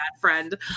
friend